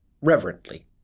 reverently